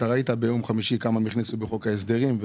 ראית כמה הם הכניסו בחוק ההסדרים.